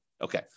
Okay